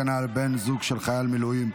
הגנה על בן זוג של חייל מילואים),